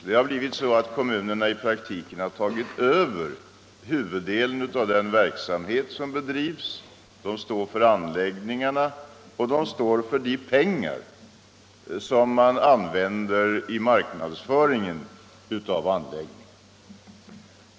Det har i praktiken blivit så, att kommunerna har övertagit huvuddelen av den verksamhet som bedrivs på detta område; de står för anläggningarna och ansvarar för de pengar som används i marknadsföringen av anläggningarna.